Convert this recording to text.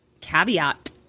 caveat